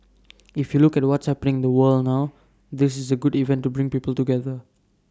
if you look at what's happening the world now this is A good event to bring people together